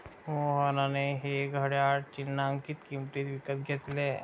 मोहनने हे घड्याळ चिन्हांकित किंमतीत विकत घेतले